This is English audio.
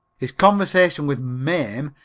his conversation with mame,